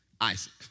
Isaac